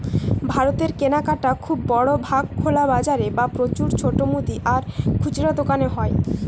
ভারতের কেনাকাটা খুব বড় ভাগ খোলা বাজারে বা প্রচুর ছোট মুদি আর খুচরা দোকানে হয়